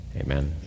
amen